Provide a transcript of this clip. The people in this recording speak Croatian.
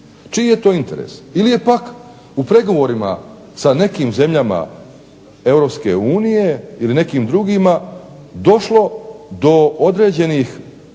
Čiji je to interes? Ili je pak u pregovorima sa nekim zemljama EU ili nekim drugima došlo do određenih